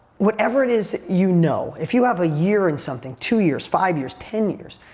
whatever it is you know, if you have a year in something, two years, five years, ten years,